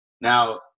Now